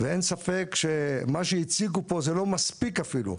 ואין ספק שמה שהציגו פה זה לא מספיק אפילו.